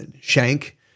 Shank